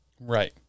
Right